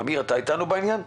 אמיר, אתה אתנו בעניין?